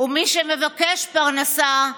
ומי שמבקש פרנסה,